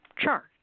chart